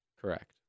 Correct